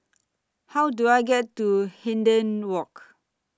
How Do I get to Hindhede Walk